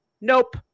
Nope